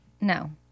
No